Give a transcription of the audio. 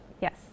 Yes